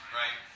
right